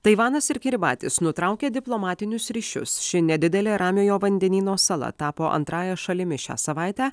taivanas ir kiribatis nutraukia diplomatinius ryšius ši nedidelė ramiojo vandenyno sala tapo antrąja šalimi šią savaitę